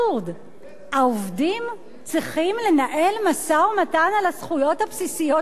העובדים צריכים לנהל משא-ומתן על הזכויות הבסיסיות שלהם עם המדינה?